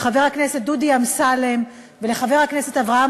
לחבר כנסת דודי אמסלם ולחבר הכנסת אברהם